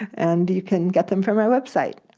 and you can get them from our website.